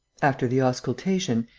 after the auscultation,